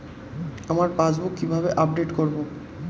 আমার পাসবুক কিভাবে আপডেট করবো?